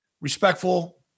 respectful